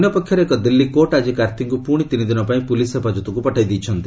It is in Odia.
ଅନ୍ୟ ପକ୍ଷରେ ଏକ ଦିଲ୍ଲୀ କୋର୍ଟ ଆଜି କାର୍ତ୍ତୀଙ୍କୁ ପୁଣି ତିନିଦିନ ପାଇଁ ପୁଲିସ୍ ହେପାଜତକୁ ପଠାଇ ଦେଇଛନ୍ତି